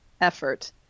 effort